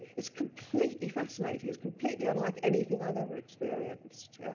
it's completely fascinating, it's completely unlike anything i'd ever experienced.